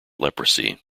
leprosy